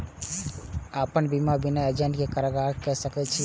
अपन बीमा बिना एजेंट के करार सकेछी कि नहिं?